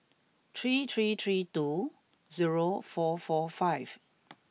three three three two zero four four five